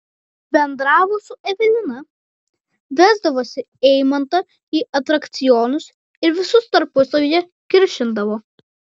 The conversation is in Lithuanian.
bendravo su evelina vesdavosi eimantą į atrakcionus ir visus tarpusavyje kiršindavo